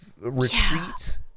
retreat